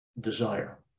desire